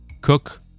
cook